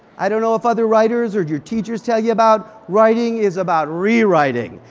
i don't know if other writers or your teacher tell you about writing is about re-writing.